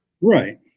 Right